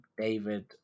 David